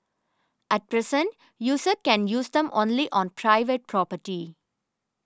at present users can use them only on private property